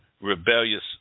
rebellious